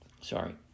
Sorry